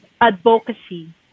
advocacy